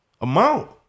amount